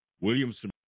Williamson